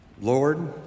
Lord